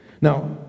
Now